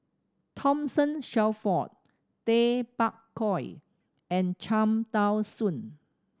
Thomas Shelford Tay Bak Koi and Cham Tao Soon